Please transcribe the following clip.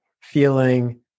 feeling